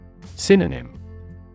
Synonym